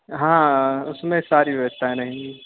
हाँ उसमें सारी व्यवस्थाएँ रहेंगी